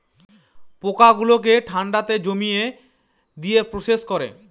পোকা গুলোকে ঠান্ডাতে জমিয়ে দিয়ে প্রসেস করে